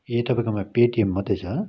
ए तपाईँकोमा पेटिएम मात्रै छ